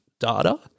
data